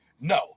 No